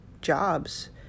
jobs